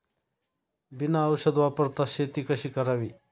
बिना औषध वापरता शेती कशी करावी?